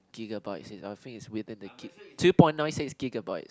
gigabytes I think it's within the gig two point nine six gigabytes